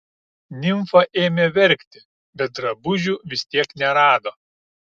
nimfa ėmė verkti bet drabužių vis tiek nerado